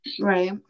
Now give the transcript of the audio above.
right